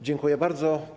Dziękuję bardzo.